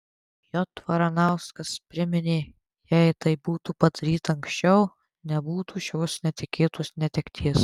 j varanauskas priminė jei tai būtų padaryta anksčiau nebūtų šios netikėtos netekties